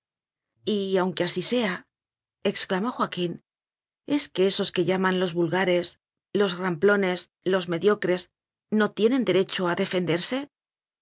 aunque así seaexclamó joaquín es que esos que llaman los vulgares los ram plones los mediocres no tienen derecho a defenderse